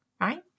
right